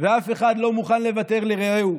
ואף אחד לא מוכן לוותר לרעהו,